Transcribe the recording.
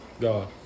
God